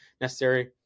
necessary